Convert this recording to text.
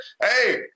hey